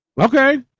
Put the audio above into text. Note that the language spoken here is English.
Okay